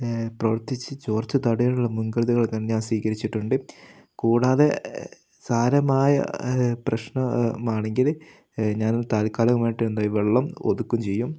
പ്രവർത്തിച്ച് ചോർച്ച തടയുന്നതിലുള്ള മുൻകരുതലുകൾ ഞാൻ സ്വീകരിച്ചിട്ടുണ്ട് കൂടാതെ സാരമായ പ്രശ്നമാണെങ്കില് ഞാനതു താൽക്കാലികമായിട്ട് എന്തായി വെള്ളം ഒതുക്കുകയും ചെയ്യും